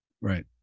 Right